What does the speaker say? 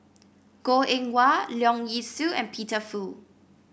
Goh Eng Wah Leong Yee Soo and Peter Fu